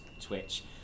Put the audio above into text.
twitch